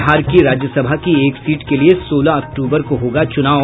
बिहार की राज्यसभा की एक सीट के लिये सोलह अक्टूबर को होगा चुनाव